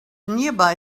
nearby